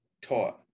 taught